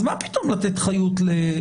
אז מה פתאום לתת חיות לזה?